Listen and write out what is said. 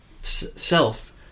self